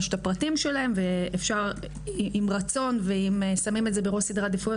יש את הפרטים שלהם ואפשר עם רצון ואם שמים את זה בראש סדר העדיפויות,